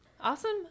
awesome